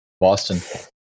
Boston